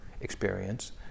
experience